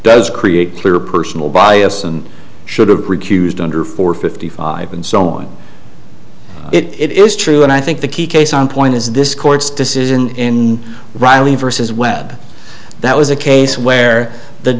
does create clear personal bias and should have recused under four fifty five and so on it is true and i think the key case on point is this court's decision in riley versus webb that was a case where the